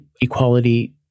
equality